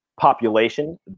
population